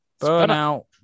Burnout